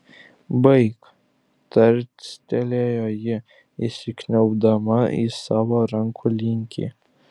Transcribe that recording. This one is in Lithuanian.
baik tarstelėjo ji įsikniaubdama į savo rankų linkį